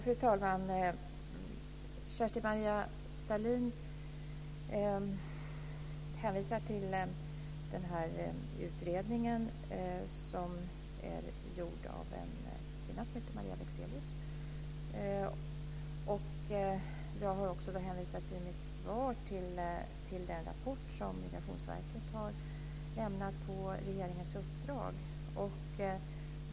Fru talman! Kerstin-Maria Stalin hänvisar till den här utredningen, som är gjord av en kvinna som heter Jag har också i mitt svar hänvisat till den rapport som Migrationsverket har lämnat på regeringens uppdrag.